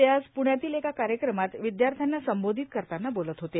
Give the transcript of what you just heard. ते आज प्ण्यातील एका कार्यक्रमात विदयाथ्र्यांना संबोधित करतांना बोलत होते